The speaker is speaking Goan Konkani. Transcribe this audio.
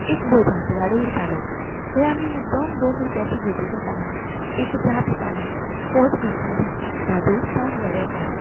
एक भज्यांचो गाडो आसतालो थंय आमी मुद्दम दोन रुपयांची भजीं घेतालीं एक च्या पितालीं पोट भरतालीं धादोस जावन घरा येतालीं